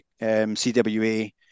CWA